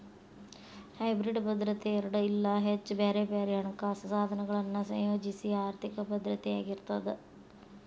hybrid ಭದ್ರತೆ ಎರಡ ಇಲ್ಲಾ ಹೆಚ್ಚ ಬ್ಯಾರೆ ಬ್ಯಾರೆ ಹಣಕಾಸ ಸಾಧನಗಳನ್ನ ಸಂಯೋಜಿಸೊ ಆರ್ಥಿಕ ಭದ್ರತೆಯಾಗಿರ್ತದ